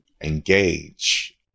engage